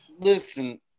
Listen